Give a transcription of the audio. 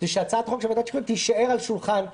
שהצעת חוק ועדת שחרורים תישאר על שולחן הכנסת,